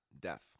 death